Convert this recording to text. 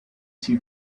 two